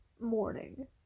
morning